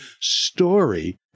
story